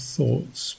thoughts